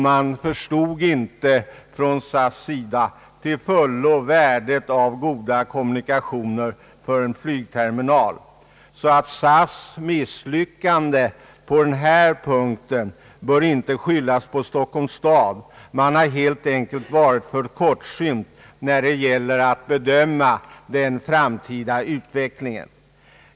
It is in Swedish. Man förstod från SAS sida inte till fullo värdet av goda kommunikationer för en flygterminal. SAS” misslyckande på denna punkt bör därför inte skyllas på Stockholms stad. Man har helt enkelt varit för kortsynt när det gällt att bedöma den framtida utvecklingen.